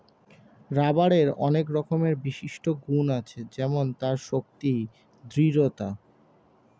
রাবারের অনেক রকমের বিশিষ্ট গুন্ আছে যেমন তার শক্তি, দৃঢ়তা